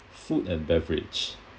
food and beverage